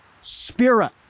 spirit